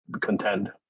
contend